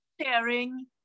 sharing